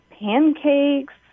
pancakes